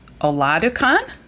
oladukan